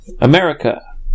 America